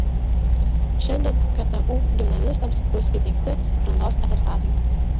šiandien ktu gimnazistams bus įteikti brandos atestatai